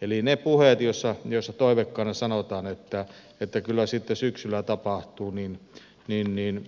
eli niihin puheisiin joissa toiveikkaana sanotaan että kyllä sitten syksyllä tapahtuu